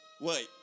wait